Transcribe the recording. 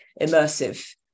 immersive